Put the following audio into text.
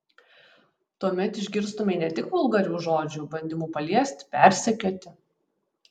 tuomet išgirstumei ne tik vulgarių žodžių bandymų paliesti persekioti